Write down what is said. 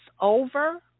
over